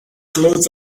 clouds